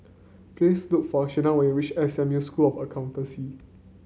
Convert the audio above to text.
please look for Shena when you reach S M U School of Accountancy